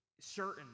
certain